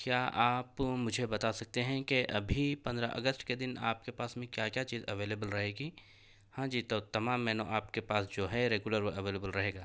کیا آپ مجھے بتا سکتے ہیں کہ ابھی پندرہ اگست کے دن آپ کے پاس میں کیا کیا چیز اویلیبل رہے گی ہاں جی تو تمام مینو آپ کے پاس جو ہے ریگولر اویلیبل رہے گا